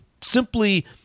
simply